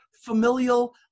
familial